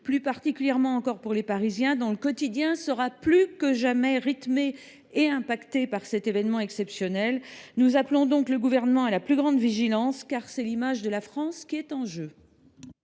plus particulièrement pour les Parisiens, dont le quotidien sera plus que jamais rythmé et affecté par cet événement exceptionnel. Nous appelons le Gouvernement à la plus grande vigilance, car c’est l’image de la France qui est en jeu.